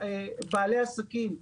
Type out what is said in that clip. בעלי עסקים,